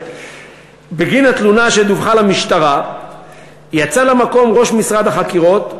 בגין התלונה שדווחה למשטרה יצאו למקום ראש משרד החקירות,